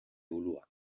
ulua